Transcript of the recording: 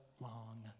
long